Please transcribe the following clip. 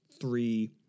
three